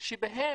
שבהם,